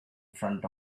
front